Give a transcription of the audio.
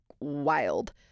Wild